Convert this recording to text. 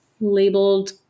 labeled